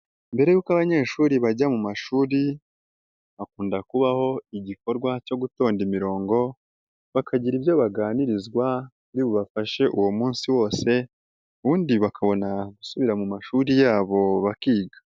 Mbere y'uko abanyeshuri bajya mu mashuri hakunda kubaho igikorwa cyo gutonda imirongo bakagira ibyo baganirizwa biri bubafashe uwo munsi wose ubundi bakabona gusubira mu mashuri yabo bakiga.